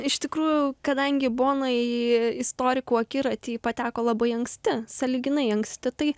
iš tikrųjų kadangi bona į istorikų akiratį pateko labai anksti sąlyginai anksti tai